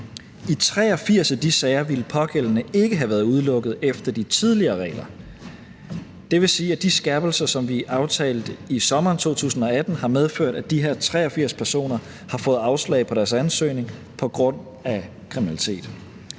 I 83 af de sager ville den pågældende ikke have været udelukket efter de tidligere regler. Det vil sige, at de skærpelser, som vi aftalte i sommeren 2018, har medført, at de her 83 personer har fået afslag på deres ansøgning på grund af kriminalitet.